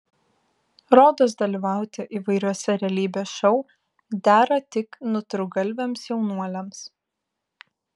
rodos dalyvauti įvairiuose realybės šou dera tik nutrūktgalviams jaunuoliams